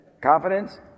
Confidence